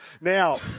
Now